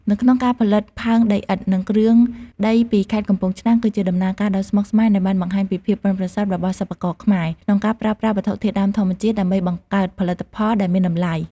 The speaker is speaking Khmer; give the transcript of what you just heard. នៅក្នុងការផលិតផើងដីឥដ្ឋ និងគ្រឿងដីពីខេត្តកំពង់ឆ្នាំងគឺជាដំណើរការដ៏ស្មុគស្មាញដែលបានបង្ហាញពីភាពប៉ិនប្រសប់របស់សិប្បករខ្មែរ ក្នុងការប្រើប្រាស់វត្ថុធាតុដើមធម្មជាតិដើម្បីបង្កើតផលិតផលដែលមានតម្លៃ។